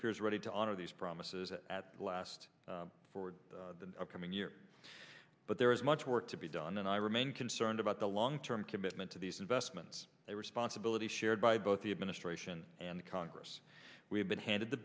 appears ready to honor these promises at last for the coming year but there is much work to be done and i remain concerned about the long term commitment to these investments responsibility shared by both the administration and congress we have been handed the